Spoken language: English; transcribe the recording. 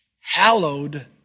Hallowed